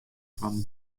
fan